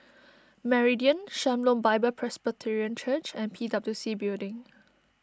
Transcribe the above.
Meridian Shalom Bible Presbyterian Church and P W C Building